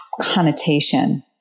connotation